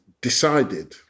decided